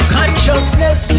consciousness